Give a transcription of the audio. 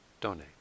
donate